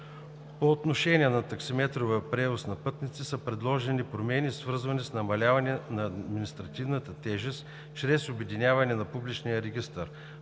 По отношение на таксиметровия превоз на пътници са предложени промени, свързани с намаляване на административната тежест, чрез обединяване на публичния регистър,